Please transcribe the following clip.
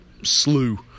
slew